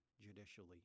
judicially